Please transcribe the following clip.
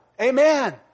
Amen